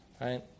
right